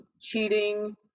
cheating